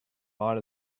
might